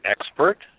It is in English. expert